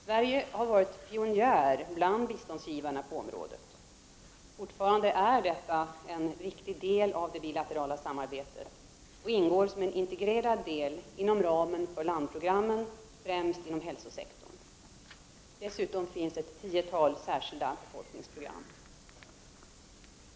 Sverige har varit pionjär bland biståndsgivarna på området. Fortfarande är detta en viktig del av det bilaterala samarbetet, och ingår som en integrerad del inom ramen för landprogrammen främst inom hälsosektorn. Dessutom finns ett tiotal särskilda befolkningsprogram.